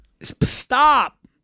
stop